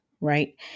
right